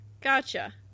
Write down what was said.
Gotcha